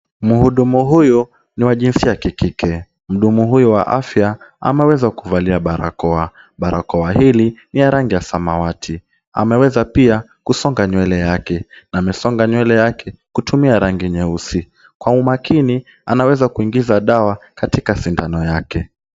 Muhudumu huyu ni wa jinsia ya kikike, muhudumu huyu wa afya ameweza kuvalia barakoa, barakoa hili ni ya rangi ya samawati, ameweza pia kusonga nywele yake, amesonga nywele yake kutumia rangi nyeusi, kwa umakini anaweza kuingiza dawa, katika sindano yake.